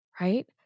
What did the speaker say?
right